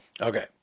Okay